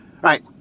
right